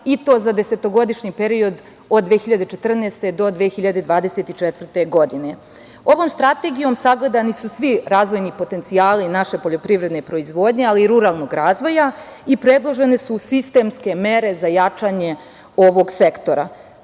i to za desetogodišnji period, od 2014. do 2024. godine. Ovom strategijom sagledani su svi razvojni potencijali naše poljoprivredne proizvodnje, ali i ruralnog razvoja i predložene su sistemske mere za jačanje ovog sektora,